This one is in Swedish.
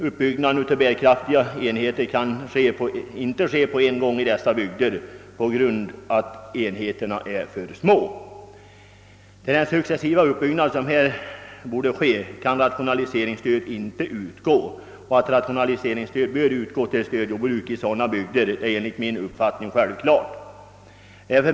Uppbyggnaden av sådana kan inte äga rum på en gång i dessa bygder, eftersom enheterna är för små. Till den successiva uppbyggnad som här borde ske kan rationaliseringsstöd alltså inte utgå. Att dylikt bör lämnas till stödjordbruk i sådana bygder är enligt min uppfattning självklart.